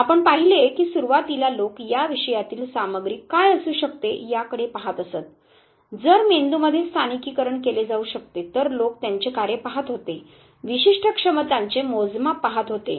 आणि आपण पाहिले की सुरुवातीला लोक या विषयातील सामग्री काय असू शकते याकडे पहात असत जर मेंदूमध्ये स्थानिकीकरण केले जाऊ शकते तर लोक त्यांचे कार्ये पाहत होते विशिष्ट क्षमतांचे मोजमाप पहात होते